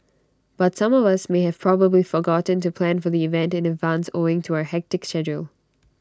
but some of us may have probably forgotten to plan for the event in advance owing to our hectic schedule